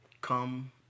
come